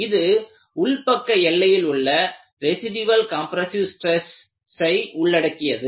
இது உள்பக்க எல்லையில் உள்ள ரெசிடியல் கம்ப்ரெஸ்ஸிவ் ஸ்ட்ரெஸ்ஸை உள்ளடக்கியது